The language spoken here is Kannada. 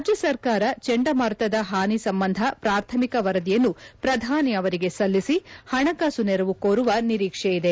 ರಾಜ್ಯ ಸರ್ಕಾರ ಚಂಡಮಾರುತದ ಹಾನಿ ಸಂಬಂಧ ಪ್ರಾಥಮಿಕ ವರದಿಯನ್ನು ಪ್ರಧಾನಿ ಅವರಿಗೆ ಸಲ್ಲಿಸಿ ಹಣಕಾಸು ನೆರವು ಕೋರುವ ನಿರೀಕ್ಷೆ ಇದೆ